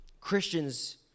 Christians